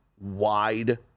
wide